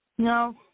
No